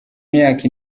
myaka